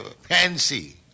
fancy